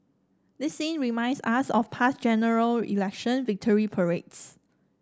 this scene reminds us of past General Election victory parades